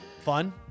Fun